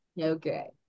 Okay